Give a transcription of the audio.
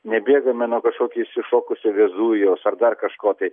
nebėgame nuo kažkokio išsišokusio vezuvijaus ar dar kažko tai